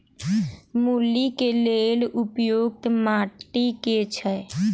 मूली केँ लेल उपयुक्त माटि केँ छैय?